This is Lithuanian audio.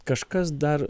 kažkas dar